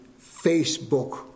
Facebook